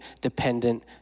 dependent